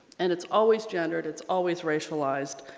and it's always gendered it's always racialized.